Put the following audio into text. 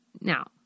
Now